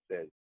says